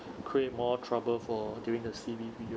create more trouble for during the C_B period